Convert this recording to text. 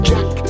Jack